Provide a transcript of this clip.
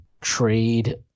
trade